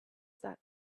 that